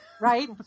Right